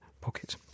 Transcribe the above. pocket